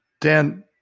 Dan